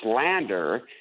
slander